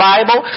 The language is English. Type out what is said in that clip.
Bible